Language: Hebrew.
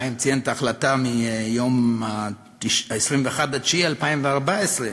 חיים ציין את ההחלטה מיום 21 בספטמבר 2014,